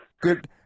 Good